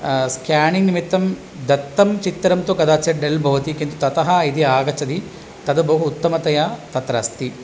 scanning निमित्तं दत्तं चित्रं तु कदाचित् डल् भवति ततः यदि आगच्छति तद्बहु उत्तमतया तत्र अस्ति